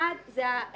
נושא אחד הוא